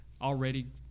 already